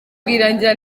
rwirangira